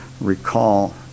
recall